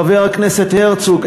חבר הכנסת הרצוג,